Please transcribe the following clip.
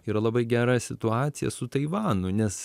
yra labai gera situacija su taivanu nes